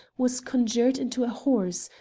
was conjured into a horse,